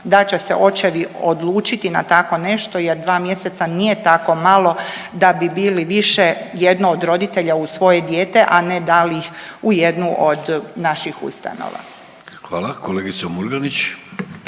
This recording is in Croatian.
da će se očevi odlučiti na tako nešto jer 2 mjeseca nije tako malo da bi bili više jedno od roditelja uz svoje dijete, a ne dali ih u jedno od naših ustanova. **Vidović,